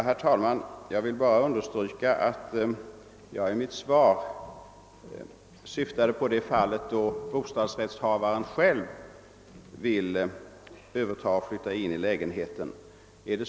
Herr talman! Jag vill understryka att jag i mitt svar har syftat på ett sådant fall då bostadsrättshavaren själv vill överta och flytta in i lägenheten.